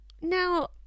Now